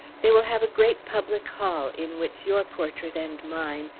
they will have a great public hall, in which your portrait, and mine,